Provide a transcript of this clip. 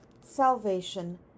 salvation